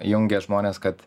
jungia žmones kad